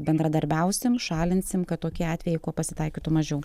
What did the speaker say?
bendradarbiausim šalinsim kad tokie atvejai pasitaikytų mažiau